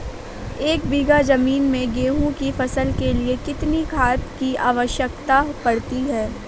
एक बीघा ज़मीन में गेहूँ की फसल के लिए कितनी खाद की आवश्यकता पड़ती है?